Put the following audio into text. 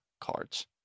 cards